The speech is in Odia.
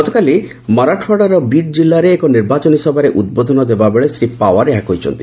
ଗତକାଲି ମରାଠୱାଡାର ବିଡ୍ ଜିଲ୍ଲାରେ ଏକ ନିର୍ବାଚନୀ ସଭାରେ ଉଦ୍ବୋଧନ ଦେଲାବେଳେ ଶ୍ରୀ ପାୱାର ଏହା କହିଛନ୍ତି